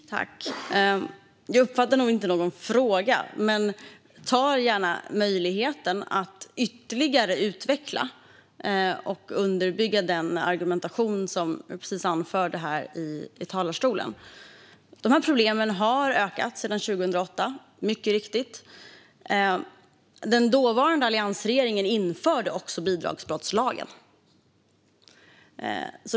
Herr talman! Jag uppfattade nog inte någon fråga men tar gärna möjligheten att ytterligare utveckla och underbygga den argumentation som jag precis framförde här i talarstolen. Dessa problem har mycket riktigt ökat sedan 2008. Den dåvarande alliansregeringen införde bidragsbrottslagen.